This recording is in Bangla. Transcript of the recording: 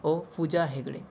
ও পূজা হেগড়ে